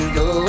go